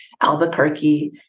Albuquerque